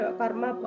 karma